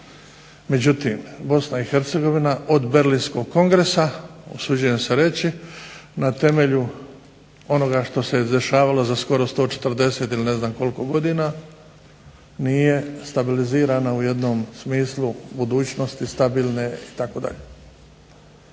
Međutim, Bosna i Hercegovina od Berlinskog kongresa usuđujem se reći na temelju onoga što se dešavalo za skoro 140 ili ne znam koliko godina nije stabilizirana u jednom smislu budućnosti stabilne itd.